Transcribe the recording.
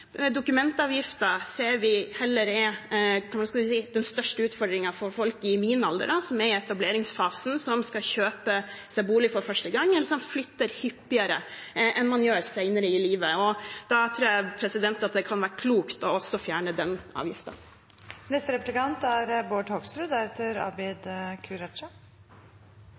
Vi ser at dokumentavgiften er den største utfordringen for folk på min alder, som er i etableringsfasen og skal kjøpe seg bolig for første gang, eller som flytter hyppigere enn det man gjør senere i livet. Da tror jeg det kan være klokt å fjerne den